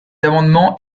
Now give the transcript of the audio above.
amendement